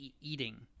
eating